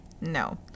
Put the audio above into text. no